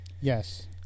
Yes